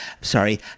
Sorry